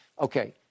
Okay